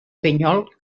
pinyol